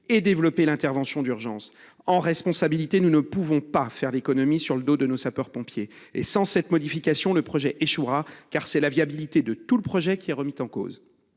et développer l’intervention d’urgence. En responsabilité, nous ne pouvons pas faire d’économies sur le dos de nos sapeurs pompiers ! Sans la modification de l’arrêté, le projet échouera, car c’est sa viabilité, rien de moins, qui sera remise en cause.